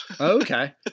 okay